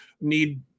need